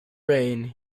reign